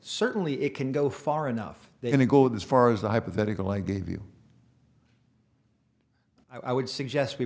certainly it can go far enough then to go this far as the hypothetical i gave you i would suggest we